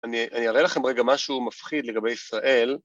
אני אראה לכם רגע משהו מפחיד לגבי ישראל